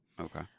Okay